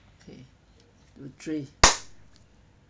okay two three